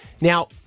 Now